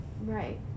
Right